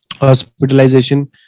hospitalization